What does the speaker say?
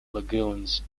lagoons